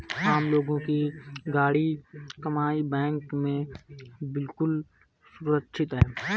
आम लोगों की गाढ़ी कमाई बैंक में बिल्कुल सुरक्षित है